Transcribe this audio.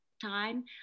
time